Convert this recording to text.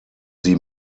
sie